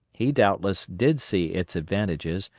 he, doubtless, did see its advantages,